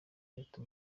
leta